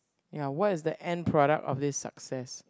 ya what is the end product of this success